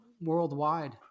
worldwide